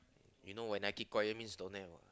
you know when I keep quiet means don't have orh